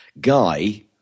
Guy